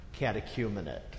catechumenate